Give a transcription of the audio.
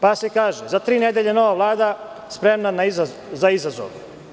Zatim se kaže – za tri nedelje nova Vlada spremna za izazov.